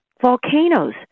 volcanoes